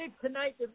tonight